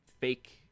fake